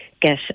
get